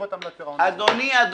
לגבות עמלת פירעון מוקדם.